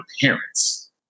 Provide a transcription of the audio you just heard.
parents